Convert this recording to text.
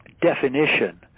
definition